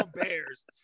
Bears